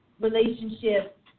Relationship